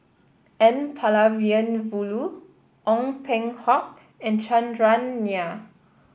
N Ong Peng Hock and Chandran Nair